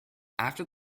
after